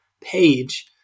page